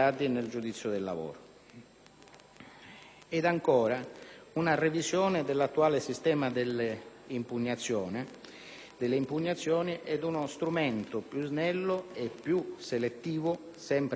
auspichiamo una revisione dell'attuale sistema dell'impugnazione e strumenti più snelli e più selettivi, sempre nel rispetto della garanzia dei diritti